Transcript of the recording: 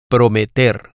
Prometer